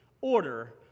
order